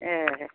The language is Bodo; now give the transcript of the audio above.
ए